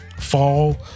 fall